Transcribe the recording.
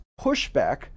pushback